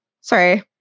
Sorry